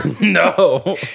No